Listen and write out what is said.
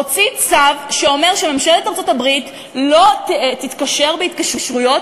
הוציא צו שאומר שממשלת ארצות-הברית לא תתקשר בהתקשרויות